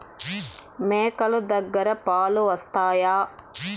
మేక లు దగ్గర పాలు వస్తాయా?